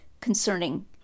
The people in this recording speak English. concerning